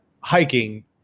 hiking